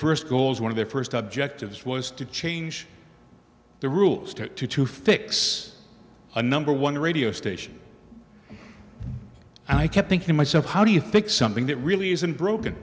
first goals one of their first objectives was to change the rules to to to fix a number one radio station and i kept thinking myself how do you think something that really isn't broken